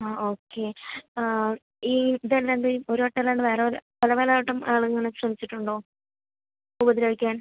ആ ഓക്കെ ഈ ഇത് അല്ലാണ്ട് ഒരു വട്ടം അല്ലാണ്ട് വേറെ വല്ല പല പല വട്ടം അയാൾ ഇങ്ങനെ ശ്രമിച്ചിട്ടുണ്ടോ ഉപദ്രവിക്കാൻ